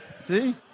See